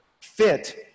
fit